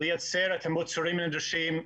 לייצר את המוצרים הדרושים.